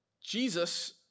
Jesus